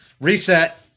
Reset